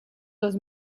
dos